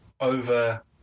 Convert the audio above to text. over